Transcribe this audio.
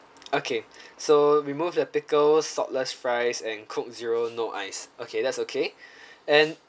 okay so remove the pickles saltless fries and coke zero no ice okay that's okay and